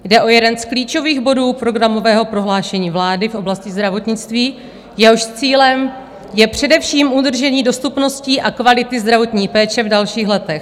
Jde o jeden z klíčových bodů programového prohlášení vlády v oblasti zdravotnictví, jehož cílem je především udržení dostupnosti a kvality zdravotní péče v dalších letech.